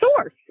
source